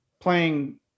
playing